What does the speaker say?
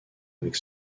avec